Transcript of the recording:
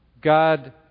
God